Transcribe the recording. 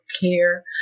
care